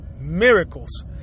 miracles